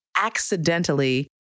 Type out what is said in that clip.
accidentally